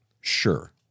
Sure